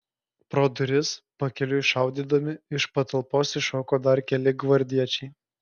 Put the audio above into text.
pro duris pakeliui šaudydami iš patalpos iššoko dar keli gvardiečiai